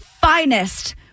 finest